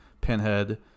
pinhead